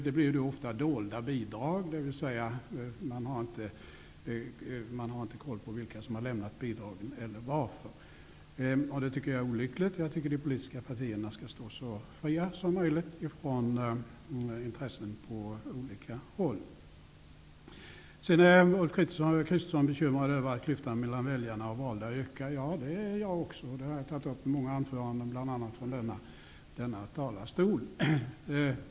Det blir då ofta fråga om dolda bidrag, dvs. man har inte koll på vilka som har lämnat bidragen eller varför. Det tycker jag är olyckligt. De politiska partierna skall stå så fria som möjligt från olika intressen. Ulf Kristersson är bekymrad över att klyftan mellan väljare och valda ökar. Ja, det är jag också, och det har jag tagit upp i många anföranden, bl.a. från denna talarstol.